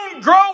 grow